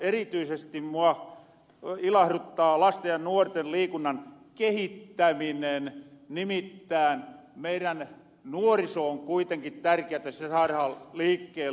erityisesti mua ilahruttaa lasten ja nuorten liikunnan kehittäminen nimittään meirän nuoriso on kuitenkin tärkeätä saara liikkeelle